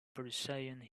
pursuing